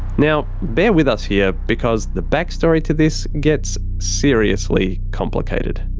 now, bear with us here because the backstory to this gets seriously complicated.